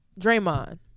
Draymond